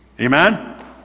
Amen